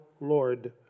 Lord